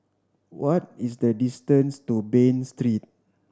what is the distance to Bain Street